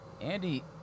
andy